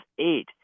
eight